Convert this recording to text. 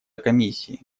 комиссии